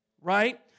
Right